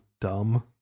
dumb